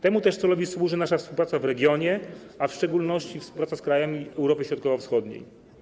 Temu celowi służy nasza współpraca w regionie, w szczególności współpraca z krajami Europy Środkowo-Wschodniej.